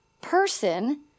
Person